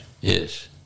Yes